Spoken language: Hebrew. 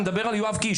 אני מדבר על יואב קיש,